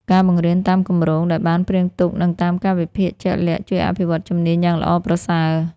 ការបង្រៀនតាមគម្រោង ដែលបានព្រាងទុកនិងតាមកាលវិភាគជាក់លាក់ ជួយអភិវឌ្ឍជំនាញយ៉ាងល្អប្រសើរ។